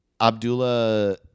Abdullah